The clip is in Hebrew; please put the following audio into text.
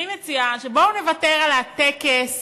אני מציעה שבואו נוותר על הטקס